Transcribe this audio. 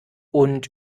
und